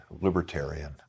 libertarian